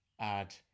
add